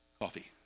coffee